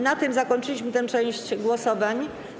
Na tym zakończyliśmy tę część głosowań.